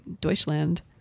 Deutschland